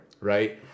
Right